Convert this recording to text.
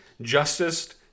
Justice